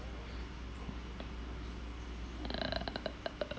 err